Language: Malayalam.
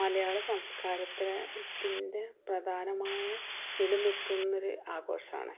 മലയാള സംസ്കാരത്തെ അതിൻ്റെ പ്രധാനമായ നിലനിർത്തുന്നൊരു ആഘോഷമാണ്